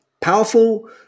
Powerful